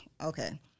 Okay